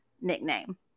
nickname